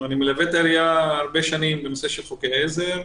אני מלווה את העירייה הרבה שנים בנושא של חוקי עזר,